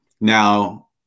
Now